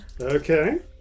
Okay